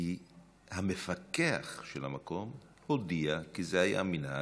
כי המפקח של המקום הודיע, כי זה היה המנהג,